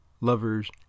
Lovers